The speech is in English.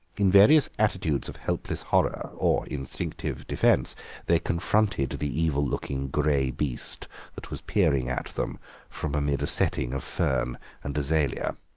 in various attitudes of helpless horror or instinctive defence they confronted the evil-looking grey beast that was peering at them from amid a setting of fern and azalea.